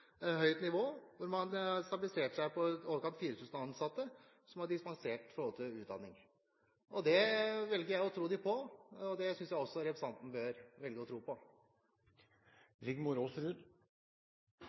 på «et historisk høyt nivå» – tallet på ansatte som har dispensasjon fra kravet om utdanning, har stabilisert seg på i overkant av 4 000. Det velger jeg å tro Utdanningsforbundet på, og det synes jeg også representanten